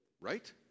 Right